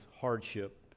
hardship